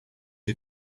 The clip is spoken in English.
you